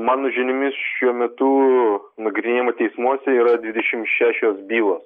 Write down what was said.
mano žiniomis šiuo metu nagrinėjama teismuose yra dvidešimt šešios bylos